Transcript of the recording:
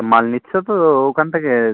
মাল নিচ্ছ তো ও ওখান থেকে